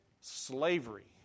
slavery